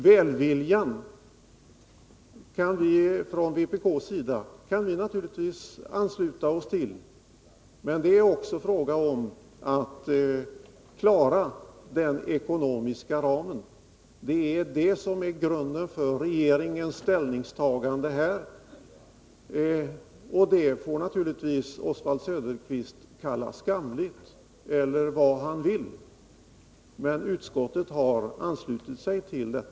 Välviljan från vpk:s sida kan vi naturligtvis ansluta oss till, men det är också fråga om att klara den ekonomiska ramen. Det är det som är grunden för regeringens ställningstagande här, och det får Oswald Söderqvist naturligtvis kalla skamligt eller vad han vill, men utskottet har anslutit sig till detta.